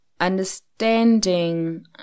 understanding